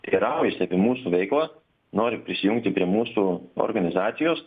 teiraujasi apie mūsų veiklą nori prisijungti prie mūsų organizacijos